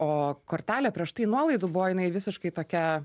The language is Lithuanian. o kortelė prieš tai nuolaidų buvo jinai visiškai tokia